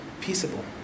peaceable